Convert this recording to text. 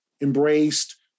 embraced